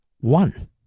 one